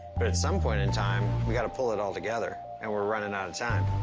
but at some point in time we gotta pull it all together and we're running out of time.